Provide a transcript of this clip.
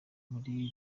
muri